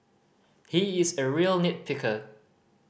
he is a real nit picker